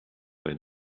bei